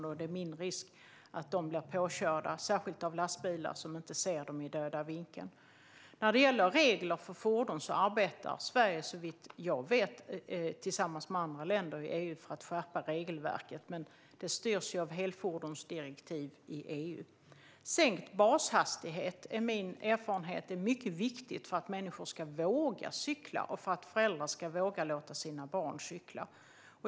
Det innebär också lägre risk för att de ska bli påkörda, särskilt av lastbilar som inte ser dem i döda vinkeln. När det gäller regler för fordon arbetar Sverige, såvitt jag vet, tillsammans med andra länder i EU för att skärpa regelverket. Men det styrs av helfordonsdirektiv i EU. Sänkt bashastighet är, enligt min erfarenhet, mycket viktigt för att människor ska våga cykla och för att föräldrar ska våga låta sina barn cykla.